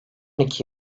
iki